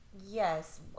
Yes